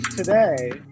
Today